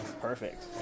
Perfect